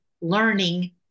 learning